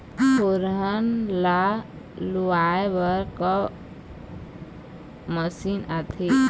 फोरन ला लुआय बर का मशीन आथे?